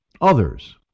others